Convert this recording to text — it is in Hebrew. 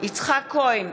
יצחק כהן,